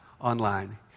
online